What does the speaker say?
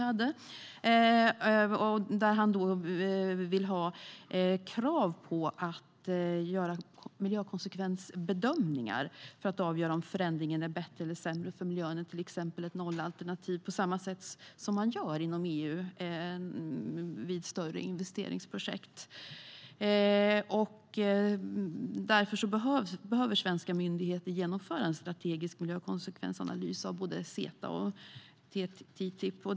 Han framförde krav på miljökonsekvensbedömningar för att avgöra om förändringen är bättre eller sämre för miljön än till exempel ett nollalternativ, på samma sätt som sker inom EU vid större investeringsprojekt. Därför behöver svenska myndigheter genomföra en strategisk miljökonsekvensanalys av både CETA och TTIP.